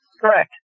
Correct